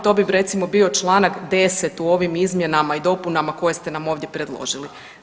To bi recimo bio čl. 10. u ovim izmjenama i dopunama koje ste nam ovdje predložili.